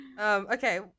Okay